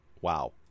wow